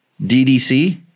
DDC